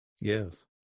yes